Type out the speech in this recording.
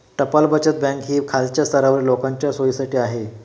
टपाल बचत बँक ही खालच्या स्तरातील लोकांच्या सोयीसाठी आहे